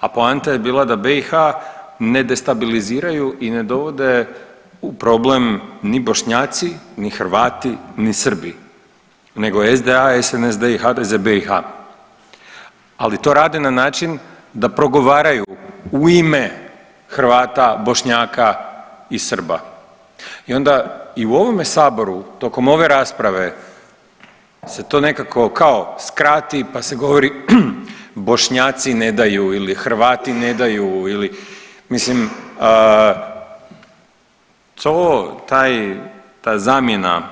A poanta je bila da BiH ne destabiliziraju i ne dovode u problem ni Bošnjaci, ni Hrvati, ni Srbi nego SDA, SNSD i HDZ BiH, ali to rade na način da progovaraju u ime Hrvata, Bošnjaka i Srba i onda i u ovome saboru tokom ove rasprave se to nekako kao skrati pa se govori Bošnjaci ne daju ili Hrvati ne daju, mislim to taj ta zamjena